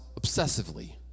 obsessively